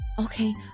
Okay